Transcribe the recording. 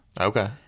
Okay